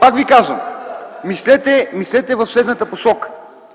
пак Ви казвам, мислете в следната посока.